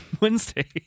Wednesday